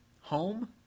Home